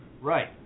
Right